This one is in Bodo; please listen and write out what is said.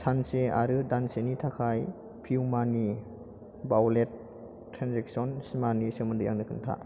सानसे आरो दानसेनि थाखाय पिउमानि बावलेटनि ट्रेन्जेकसन सिमानि सोमोन्दै आंनो खोन्था